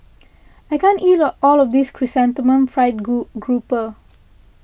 I can't eat all of this Chrysanthemum Fried Group Grouper